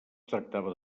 tractava